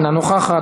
אינה נוכחת,